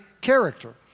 character